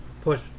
push